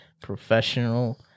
professional